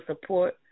support